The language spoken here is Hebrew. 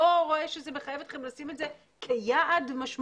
לא רואה שמחייב לשים אתכם את זה כיעד משמעותי?